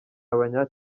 abanya